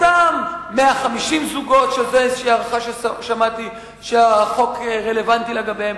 אותם 150 זוגות שזו איזו הערכה ששמעתי שהחוק רלוונטי לגביהם,